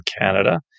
Canada